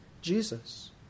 Jesus